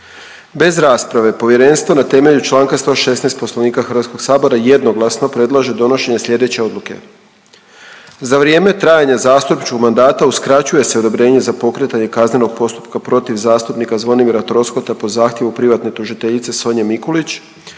Bez rasprave povjerenstvo na temelju čl. 116. Poslovnika HS jednoglasno predlaže donošenje slijedeće odluke: Za vrijeme trajanja zastupničkog mandata uskraćuje se odobrenje za pokretanje kaznenog postupka protiv zastupnika Zvonimira Troskota po zahtjevu privatne tužiteljice Sonje Mikulić